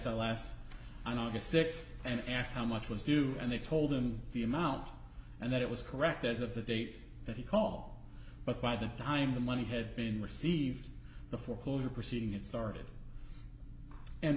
a last i know the th and asked how much was due and they told him the amount and that it was correct as of the date that he call but by the time the money had been received the foreclosure proceeding it started and